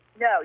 No